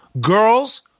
Girls